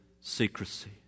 secrecy